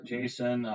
Jason